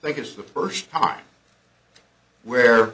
i think it's the first time where